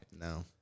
No